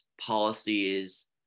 policies